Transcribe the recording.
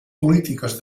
polítiques